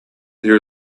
there